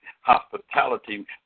hospitality